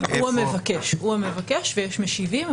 הוא המבקש ויש משיבים.